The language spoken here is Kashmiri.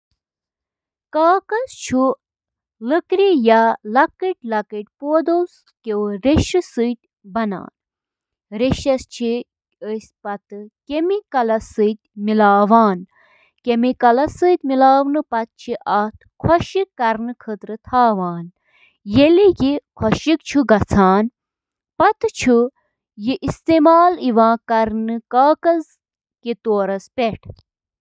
سِکن ہٕنٛدیٚن طرفن چھِ لٔٹہِ آسان، یتھ ریڈنگ تہِ ونان چھِ، واریاہو وجوہاتو کِنۍ، یتھ منٛز شٲمِل چھِ: جعل سازی تہٕ کلپنگ رُکاوٕنۍ، بوزنہٕ یِنہٕ والیٚن ہٕنٛز مدد، لباس کم کرُن تہٕ باقی۔